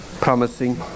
promising